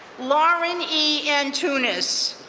lauren e. entunis,